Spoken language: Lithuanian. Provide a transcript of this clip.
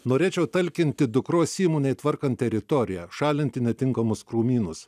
norėčiau talkinti dukros įmonėj tvarkant teritoriją šalinti netinkamus krūmynus